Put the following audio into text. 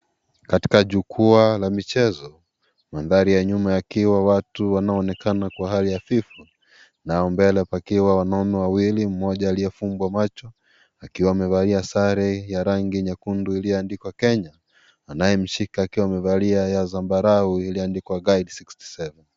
Katika jukwaa la michezo, mandhari ya nyuma yakiwa watu wanaoonekana kwa hali hafifu, na wa mbele wakiwa wanono wawil. Mmoja aliyefumbwa macho, akiwa amevalia sare ya rangi nyekundu, iliyoandikwa Kenya anayemshika akiwa amevalia ya zambarau iliyoandikwa Guide 67 .